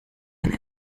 eine